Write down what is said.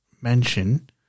mention